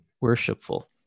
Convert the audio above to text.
worshipful